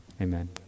Amen